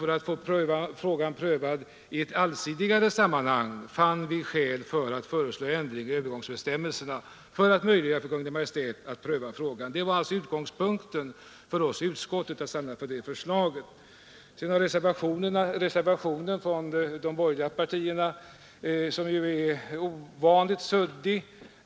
För att få frågan prövad i ett allsidigare sammanhang har vi i utskottet då funnit skäl att föreslå ändringar i övergångsbestämmelserna till den nya vattenlagen för att möjliggöra för Kungl. Maj:t att företa en sådan prövning. Det var utgångspunkten för utskottets resonemang, och vi stannade också vid det förslaget. Vad den borgerliga reservationen nr 15 a beträffar är den ovanligt suddig.